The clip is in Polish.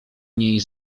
niej